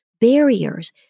barriers